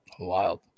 Wild